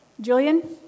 Julian